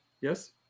Yes